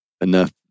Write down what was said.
enough